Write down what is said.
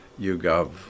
YouGov